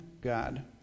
God